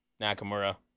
Nakamura